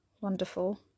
wonderful